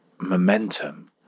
momentum